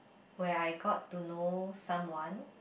where I got to know someone